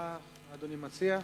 מה אתה מציע?